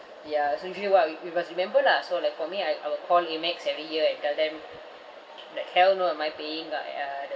ya so usually what we we must remember lah so like for me I I will call Amex every year and tell them like hell no am I paying uh ya the